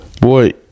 Boy